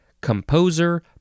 composer